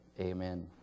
Amen